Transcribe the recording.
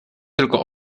tylko